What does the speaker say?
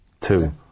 two